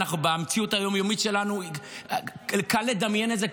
במציאות היום-יומית שלנו קל לדמיין את זה,